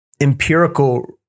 empirical